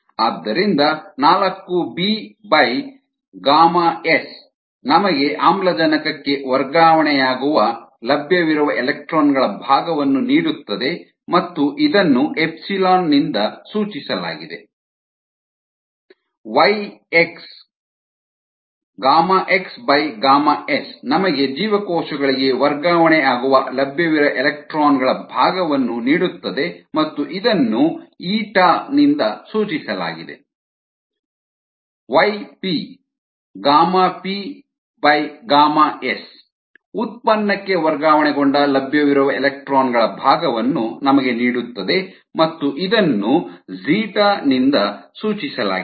ಆದ್ದರಿಂದ 4bΓs ನಮಗೆ ಆಮ್ಲಜನಕಕ್ಕೆ ವರ್ಗಾವಣೆಯಾಗುವ ಲಭ್ಯವಿರುವ ಎಲೆಕ್ಟ್ರಾನ್ ಗಳ ಭಾಗವನ್ನು ನೀಡುತ್ತದೆ ಮತ್ತು ಇದನ್ನು ε ನಿಂದ ಸೂಚಿಸಲಾಗಿದೆ yx Γx Γs ನಮಗೆ ಜೀವಕೋಶಗಳಿಗೆ ವರ್ಗಾವಣೆಯಾಗುವ ಲಭ್ಯವಿರುವ ಎಲೆಕ್ಟ್ರಾನ್ ಗಳ ಭಾಗವನ್ನು ನೀಡುತ್ತದೆ ಮತ್ತು ಇದನ್ನು η ನಿಂದ ಸೂಚಿಸಲಾಗಿದೆ yp Γp Γs ಉತ್ಪನ್ನಕ್ಕೆ ವರ್ಗಾವಣೆಗೊಂಡ ಲಭ್ಯವಿರುವ ಎಲೆಕ್ಟ್ರಾನ್ ಗಳ ಭಾಗವನ್ನು ನಮಗೆ ನೀಡುತ್ತದೆ ಮತ್ತು ಇದನ್ನು ζ ನಿಂದ ಸೂಚಿಸಲಾಗಿದೆ